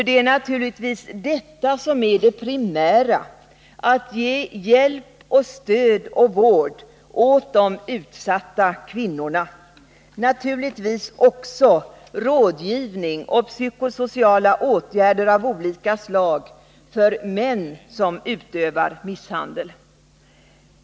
Det är naturligtvis detta som är det primära: att ge hjälp, stöd och vård åt de utsatta kvinnorna samt givetvis också att ordna rådgivning och vidta psykosociala åtgärder av olika slag för män som utövar misshandel.